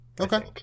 Okay